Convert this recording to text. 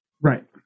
Right